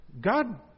God